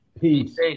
Peace